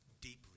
deeply